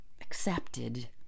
accepted